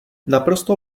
naprosto